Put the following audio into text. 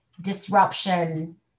disruption